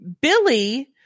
Billy